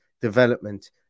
development